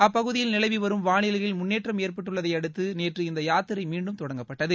அப்பகுதியில் நிலவி வரும் வானிலையில் முன்னேற்றம் ஏற்பட்டதை அடுத்து நேற்று இந்த யாத்திரை மீண்டும் தொடங்கப்பட்டது